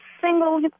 single